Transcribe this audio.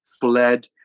fled